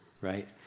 right